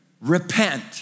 repent